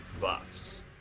buffs